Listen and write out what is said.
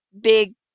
big